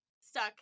stuck